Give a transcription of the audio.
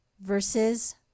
versus